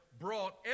brought